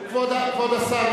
כבוד השר,